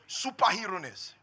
superheroes